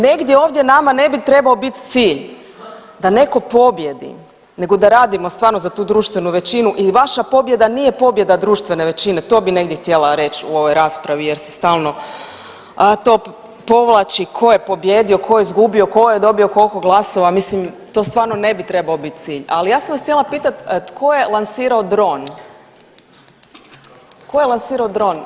Negdje ovdje nama ne bi trebao bit cilj da neko pobijedi nego da radimo stvarno za tu društvenu većinu i vaša pobjeda nije pobjeda društvene većine, to bi negdje htjela reć u ovoj raspravi jer se stalno to povlači ko je pobijedio, ko je izgubio, ko je dobio koliko glasova, mislim to stvarno ne bi trebao bit cilj, ali ja sam vas htjela pitat tko je lansirao dron, tko je lansirao dron?